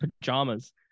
pajamas